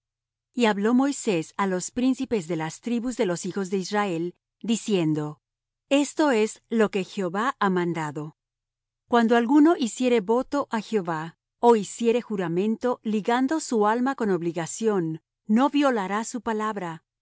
y habló moisés á los príncipes de las tribus de los hijos de israel diciendo esto es lo que jehová ha mandado cuando alguno hiciere voto á jehová ó hiciere juramento ligando su alma con obligación no violará su palabra hará conforme á